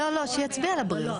לא, שיצביע על הבריאות.